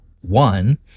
one